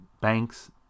Banks